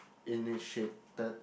initiated